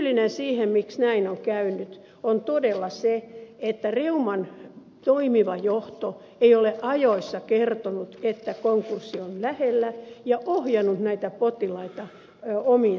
syy siihen miksi näin on käynyt on todella se että reuman toimiva johto ei ole ajoissa kertonut että konkurssi on lähellä ja ohjannut näitä potilaita omiin sairaaloihinsa